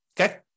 okay